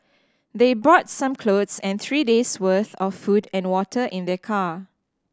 they brought some clothes and three days' worth of food and water in their car